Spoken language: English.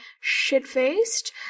shit-faced